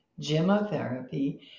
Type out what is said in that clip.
gemotherapy